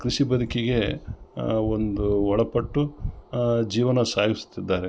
ಕೃಷಿ ಬದುಕಿಗೆ ಒಂದು ಒಳಪಟ್ಟು ಜೀವನ ಸಾಗಿಸ್ತಿದ್ದಾರೆ